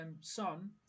Son